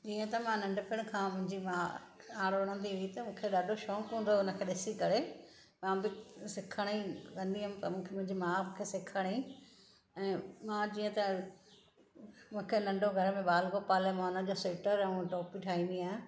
जीअं त मां नंढपणु खां मुंहिंजी माउ आरुण देवी त मूंखे ॾाढो शौक़ु हूंदो हो हुनखे ॾिसी करे मां बि सिखणु जी कंदी हुयमि त मूंखे मुंहिंजी माउ मूंखे सिखणी ऐ मां जीअं त मूंखे नंढो घरु में ॿाल गोपाल आहे मां हुन जो स्वेटर ऐं टोपियूं ठाहींदी आहियां